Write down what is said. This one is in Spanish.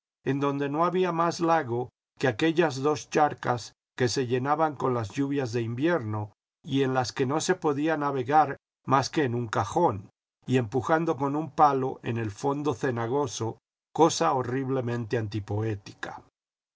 en donde no había más lago que aquellas dos charcas que se llenaban con las lluvias del invierno y en las que no se podía navegar más que en un cajón y empujando con un palo en el tbndo cenagoso cosa horriblemente antipoética